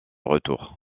retour